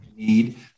need